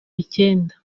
icyenda